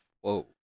Whoa